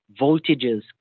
voltages